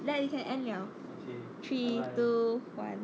then you can end liao three two one